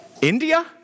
India